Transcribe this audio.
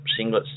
singlets